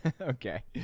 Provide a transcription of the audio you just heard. Okay